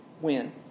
win